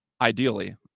ideally